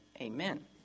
Amen